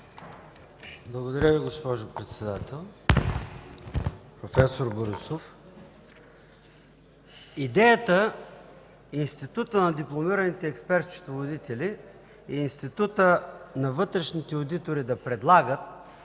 Благодаря Ви, госпожо Председател. Професор Борисов, идеята Институтът на дипломираните експерт-счетоводители и Институтът на вътрешните одитори да предлагат